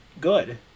Good